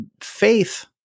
faith